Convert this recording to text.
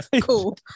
cool